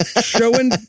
Showing